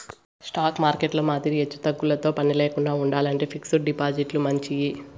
stock మార్కెట్టులో మాదిరి ఎచ్చుతగ్గులతో పనిలేకండా ఉండాలంటే ఫిక్స్డ్ డిపాజిట్లు మంచియి